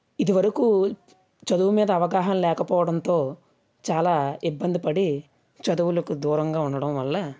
ఇదివరకు చదువు మీద అవగాహన లేకపోవడంతో చాలా ఇబ్బంది పడి చదువులకు దూరంగా ఉండటం వల్ల